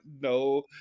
no